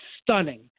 stunning